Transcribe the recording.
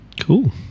Cool